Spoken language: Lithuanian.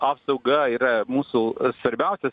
apsauga yra mūsų svarbiausias